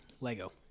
Lego